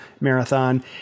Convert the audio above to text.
marathon